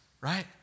right